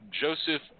Joseph